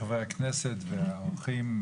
חברי הכנסת והאורחים,